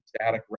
static